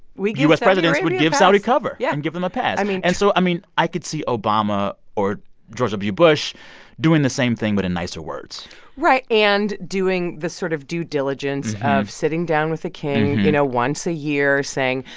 we'd give. u s. presidents would give saudi cover. yeah. and give them a pass i mean. and so, i mean, i could see obama or george w. bush doing the same thing but in nicer words right and doing the sort of due diligence of sitting down with the king, you know, once a year saying,